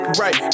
right